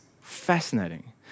fascinating